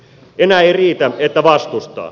enää ei riitä että vastustaa